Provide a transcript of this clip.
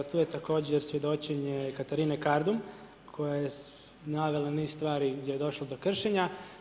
Tu je također svjedočenje Katarine Kardum koja je navela niz stvari gdje je došlo do kršenja.